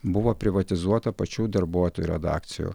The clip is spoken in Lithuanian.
buvo privatizuota pačių darbuotojų redakcijų